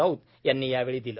राऊत यांनी यावेळी दिले